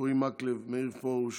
אורי מקלב, מאיר פרוש,